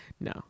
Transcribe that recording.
No